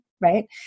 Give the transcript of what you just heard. right